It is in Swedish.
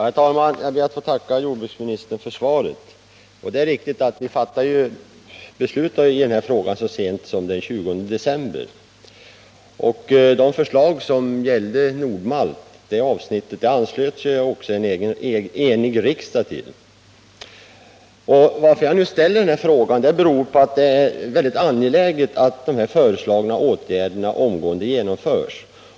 Herr talman! Jag ber att få tacka jordbruksministern för svaret. Det är riktigt att vi fattade beslut i den här frågan så sent som den 20 december 1978, och därvid anslöt sig en enig riksdag till det avsnitt av den aktuella propositionen som gällde förslag till åtgärder rörande Nord-Malt. Att jag nu ställer denna fråga beror på att det är mycket angeläget att de föreslagna åtgärderna omgående genomförs.